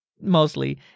Mostly